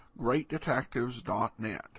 GreatDetectives.net